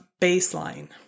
baseline